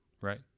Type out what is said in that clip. right